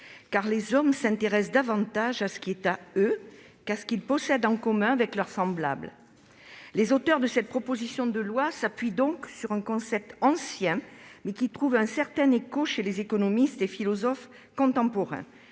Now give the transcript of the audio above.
car les hommes s'intéressent davantage à ce qui est à eux qu'à ce qu'ils possèdent en commun avec leurs semblables. » Les auteurs de cette proposition de loi s'appuient donc sur un concept ancien, mais qui trouve un certain écho chez les économistes et philosophes contemporains.